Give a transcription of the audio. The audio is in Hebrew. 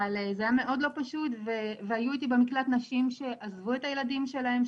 אבל זה היה מאוד לא פשוט והיו איתי במקלט נשים שעזבו את הילדים שלהן,